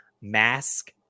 Mask